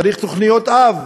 צריך תוכניות-אב.